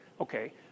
Okay